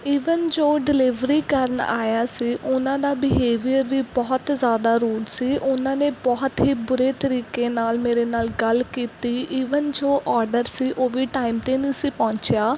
even ਜੋ delivery ਕਰਨ ਆਇਆ ਸੀ ਉਹਨਾਂ ਦਾ ਬਿਹੇਵੀਅਰ ਵੀ ਬਹੁਤ ਜ਼ਿਆਦਾ ਰੂਡ ਸੀ ਉਹਨਾਂ ਨੇ ਬੁਹਤ ਹੀ ਬੁਰੇ ਤਰੀਕੇ ਨਾਲ ਮੇਰੇ ਨਾਲ ਗੱਲ ਕੀਤੀ ਈਵਨ ਜੋ ਓਰਡਰ ਸੀ ਉਹ ਵੀ ਟਾਈਮ 'ਤੇ ਨਹੀਂ ਸੀ ਪਹੁੰਚਿਆ